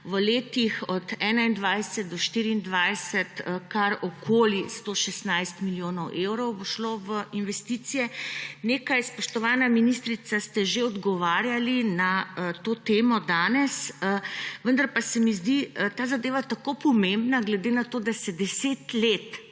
v letih od 2021 do 2024, kar okoli 116 milijonov evrov bo šlo v investicije. Nekaj, spoštovana ministrica, ste že odgovarjali na to temo danes, vendar se mi zdi ta zadeva tako pomembna, glede na to, da se 10 let